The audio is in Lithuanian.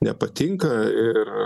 nepatinka ir